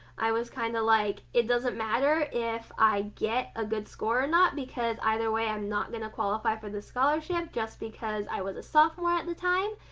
i was kind of like, it doesn't matter if i get a good score or not because either way i'm not going to qualify for the scholarship just because i was a sophomore at the time,